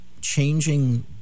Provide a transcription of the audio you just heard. changing